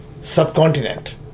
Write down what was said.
subcontinent